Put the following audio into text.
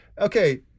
Okay